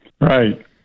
Right